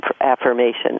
affirmation